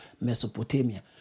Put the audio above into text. Mesopotamia